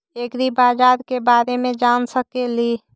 ऐग्रिबाजार के बारे मे जान सकेली?